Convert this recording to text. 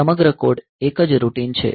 સમગ્ર કોડ એક જ રૂટિન છે